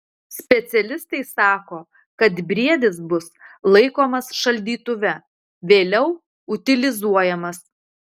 specialistai sako kad briedis bus laikomas šaldytuve vėliau utilizuojamas